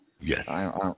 Yes